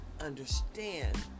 understand